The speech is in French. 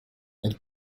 elle